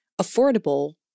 affordable